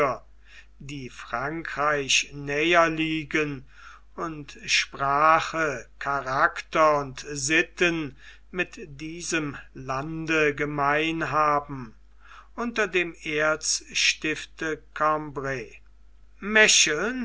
die frankreich näher liegen und sprache charakter und sitten mit diesem lande gemein haben unter dem erzstifte cambray mecheln